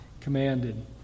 commanded